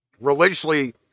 religiously